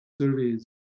surveys